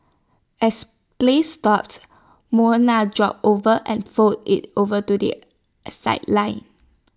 as play stopped Mona jogged over and fold IT over to the sideline